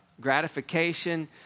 gratification